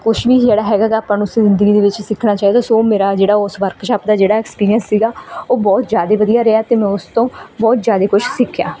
ਕੁਛ ਵੀ ਜਿਹੜਾ ਹੈਗਾ ਗਾ ਆਪਾਂ ਨੂੰ ਜ਼ਿੰਦਗੀ ਵਿੱਚ ਸਿੱਖਣਾ ਚਾਹੀਦਾ ਸੋ ਮੇਰਾ ਜਿਹੜਾ ਉਸ ਵਰਕਸ਼ੋਪ ਦਾ ਜਿਹੜਾ ਐਕਸਪੀਰੀਐਂਸ ਸੀਗਾ ਉਹ ਬਹੁਤ ਜ਼ਿਆਦਾ ਵਧੀਆ ਰਿਹਾ ਅਤੇ ਮੈਂ ਉਸ ਤੋਂ ਬਹੁਤ ਜ਼ਿਆਦਾ ਕੁਛ ਸਿੱਖਿਆ